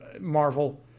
Marvel